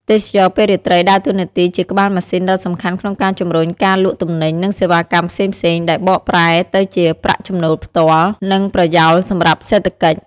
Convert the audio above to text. ទេសចរណ៍ពេលរាត្រីដើរតួនាទីជាក្បាលម៉ាស៊ីនដ៏សំខាន់ក្នុងការជំរុញការលក់ទំនិញ និងសេវាកម្មផ្សេងៗ ដែលបកប្រែទៅជាប្រាក់ចំណូលផ្ទាល់ និងប្រយោលសម្រាប់សេដ្ឋកិច្ច។